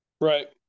Right